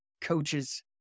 Coaches